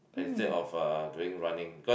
instead of uh doing running because